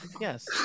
Yes